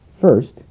First